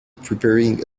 preparing